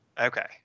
Okay